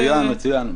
מצוין.